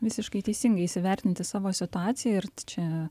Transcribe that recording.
visiškai teisingai įsivertinti savo situaciją ir čia